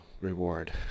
reward